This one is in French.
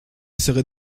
serait